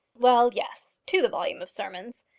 well, yes to the volume of sermons.